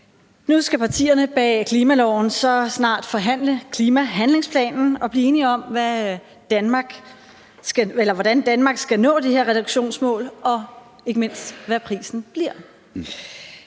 Nu skal partierne bag klimaloven så snart forhandle om klimahandlingsplanen og blive enige om, hvordan Danmark skal nå det her reduktionsmål, og ikke mindst hvad prisen bliver.